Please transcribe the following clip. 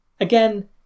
Again